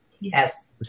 Yes